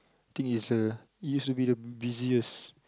the thing is a it used to be the busiest